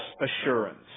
assurance